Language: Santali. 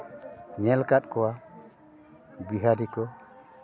ᱧᱮ ᱟᱠᱟᱫ ᱠᱚᱣᱟ ᱵᱤᱦᱟᱨᱤ ᱠᱚ